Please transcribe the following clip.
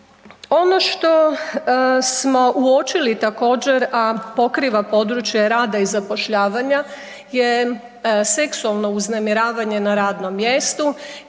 Ono što smo uočili također, a pokriva područje rada i zapošljavanja je seksualno uznemiravanje na radnom mjestu